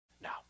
Now